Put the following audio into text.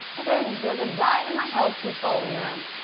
i said, there's a guy in my house who's following me around.